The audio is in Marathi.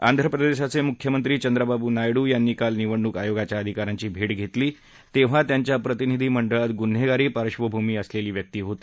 आंध्र प्रदेशाचे मुख्यमंत्री चंद्राबाबू नायडू यांनी काल निवणूक आयोगाच्या अधिकाऱ्यांची भेट घेतली तेव्हा त्यांच्या प्रतिनिधी मंडळात गुन्हेगारी पार्श्वभूमी असलेली व्यक्ती होती